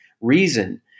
reason